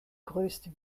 größte